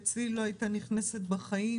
אצלי היא לא הייתה נכנסת בחיים